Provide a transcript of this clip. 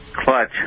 clutch